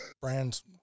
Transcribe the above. brands